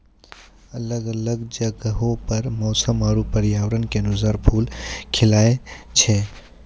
अलग अलग जगहो पर मौसम आरु पर्यावरण क अनुसार फूल खिलए छै